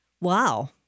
Wow